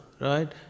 right